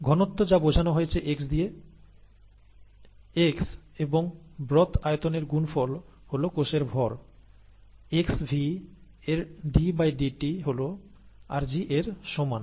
ঘনত্ব যা বোঝানো হয়েছে x দিয়ে x এবং ব্রথ আয়তনের গুণফল হল কোষের ভর xV এর ddt হয় rg এর সমান